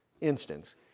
instance